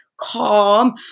calm